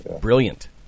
Brilliant